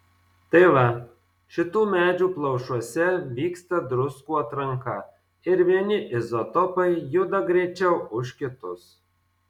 tai va šitų medžių plaušuose vyksta druskų atranka ir vieni izotopai juda greičiau už kitus